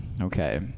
Okay